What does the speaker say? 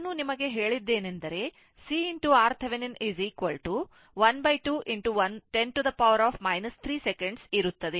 ನಾನು ನಿಮಗೆ ಹೇಳಿದ್ದೇನೆಂದರೆ CRThevenin½10 3 second ಇರುತ್ತದೆ